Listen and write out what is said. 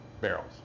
barrels